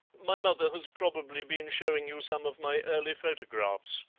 my mother has probably been showing you some of my early photographs,